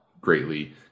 greatly